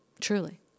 truly